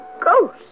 ghost